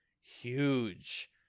huge